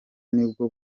nibwo